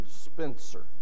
spencer